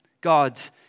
God's